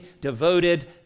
devoted